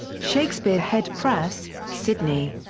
shakespeare head press, sydney.